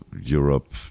Europe